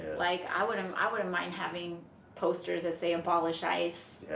like, i wouldn't um i wouldn't mind having posters that say abolish ice.